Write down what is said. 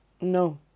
no